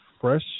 fresh